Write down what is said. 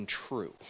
true